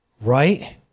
Right